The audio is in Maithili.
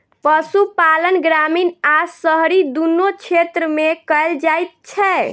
पशुपालन ग्रामीण आ शहरी दुनू क्षेत्र मे कयल जाइत छै